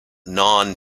non